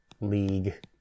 league